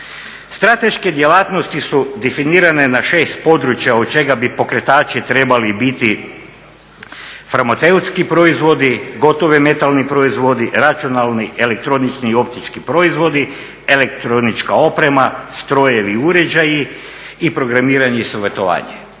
Strateške djelatnosti su definirane na 6 područja od čega bi pokretači trebali biti farmaceutski proizvodi, gotovi metalni proizvodi, računalni, elektronički i optički proizvodi, elektronička oprema, strojevi i uređaji i programiranje i savjetovanje.